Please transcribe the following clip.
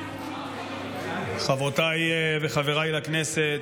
חברותיי וחבריי לכנסת,